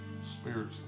spiritually